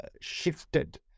shifted